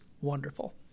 wonderful